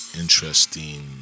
interesting